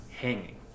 Hanging